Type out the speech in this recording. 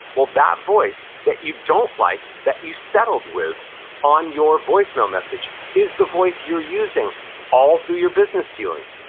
well, that voice that you don't like, that you settled with on your voicemail message is the voice you're using all through your business dealings,